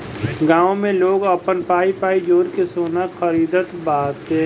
गांव में लोग आपन पाई पाई जोड़ के सोना खरीदत बाने